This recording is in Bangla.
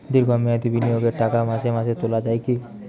দীর্ঘ মেয়াদি বিনিয়োগের টাকা মাসে মাসে তোলা যায় কি?